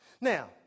Now